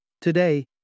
Today